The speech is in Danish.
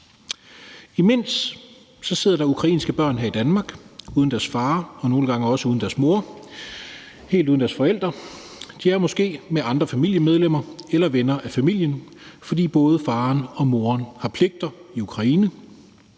Imens sidder der ukrainske børn her i Danmark uden deres far og nogle gange også uden deres mor, altså helt uden deres forældre. De er måske sammen med andre familiemedlemmer eller venner af familien, fordi både faren og moren har pligter i Ukraine.